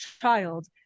child